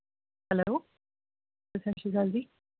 hello sir ਸਤਿ ਸ਼੍ਰੀ ਅਕਾਲ ਜੀ